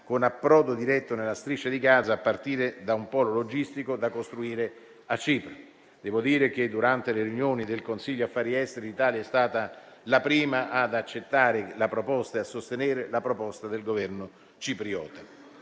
con approdo diretto nella Striscia di Gaza, a partire da un polo logistico da costruire a Cipro. Devo dire che durante le riunioni del Consiglio affari esteri l'Italia è stata la prima ad accettare e a sostenere la proposta del Governo cipriota.